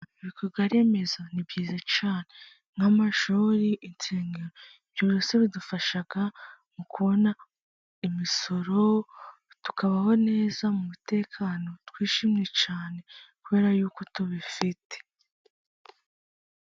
Ibikorwaremezo ni byiza cyane, nk’amashuri, insengero. Byose bidufasha mu kubona imisoro, tukabaho neza mu mutekano, twishimye cyane kubera ko tubifite.